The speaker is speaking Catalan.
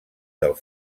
del